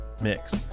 mix